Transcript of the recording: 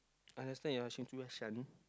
understand you're